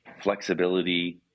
flexibility